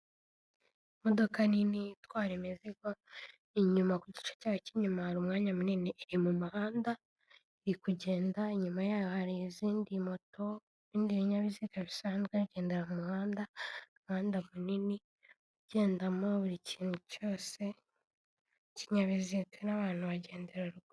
Imodoka nini itwara i imizigo inyuma ku gice cyayo cy'inyuma hari umwanya munini iri mu muhanda irikugenda, inyuma yayo hari izindi moto, ibindi binyabiziga bisanzwe bigendera mu muhanda, umuhanda munini ugendamo buri kintu cyose cy'ikinyabiziga n'abantu bagenderamo.